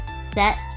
set